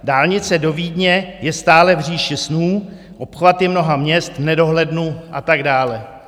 Dálnice do Vídně je stále v říši snů, obchvaty mnoha měst v nedohlednu a tak dále.